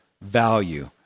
value